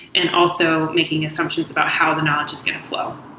and also making assumptions about how the knowledge is going to flow.